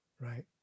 Right